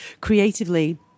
Creatively